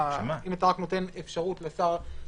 אם אתה רק נותן אפשרות עקרונית,